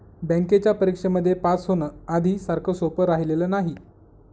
बँकेच्या परीक्षेमध्ये पास होण, आधी सारखं सोपं राहिलेलं नाही